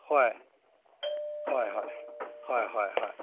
ꯍꯣꯏ ꯍꯣꯏ ꯍꯣꯏ ꯍꯣꯏ ꯍꯣꯏ ꯍꯣꯏ